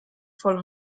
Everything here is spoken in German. voll